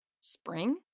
Spring